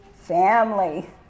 family